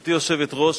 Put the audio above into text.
גברתי היושבת-ראש,